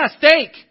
steak